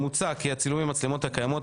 מוצע כי הצילומים במצלמות הקיימות,